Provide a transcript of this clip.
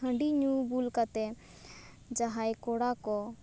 ᱦᱟᱺᱰᱤ ᱧᱩ ᱵᱩᱞ ᱠᱟᱛᱮᱜ ᱡᱟᱦᱟᱸᱭ ᱠᱚᱲᱟ ᱠᱚ